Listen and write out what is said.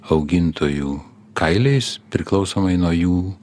augintojų kailiais priklausomai nuo jų